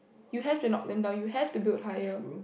you have to knock them down you have to build higher